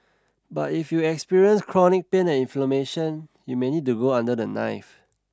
but if you experience chronic pain and inflammation you may need to go under the knife